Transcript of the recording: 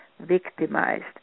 victimized